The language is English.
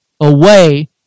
away